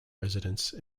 residence